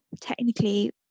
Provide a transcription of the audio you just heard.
technically